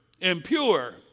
impure